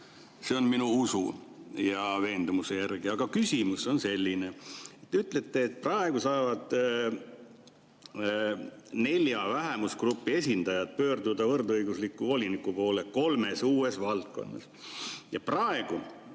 See on nii minu usu ja veendumuse järgi. Aga küsimus on selline. Te ütlete, et praegu saavad nelja vähemusgrupi esindajad pöörduda võrdõiguslikkuse voliniku poole kolmes uues valdkonnas ja praegu